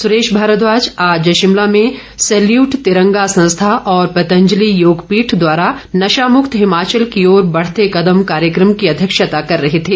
सुरेश भारद्वाज आज शिमला में सैल्यूट तिरंगा संस्था और पतंजलि योगपीठ द्वारा नशा मुक्त हिमाचल की ओर बढ़ते कदम कार्यक्रम की अध्यक्षता कर रहे थे